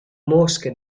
mosche